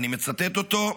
ואני מצטט אותו: